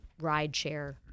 rideshare